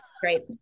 great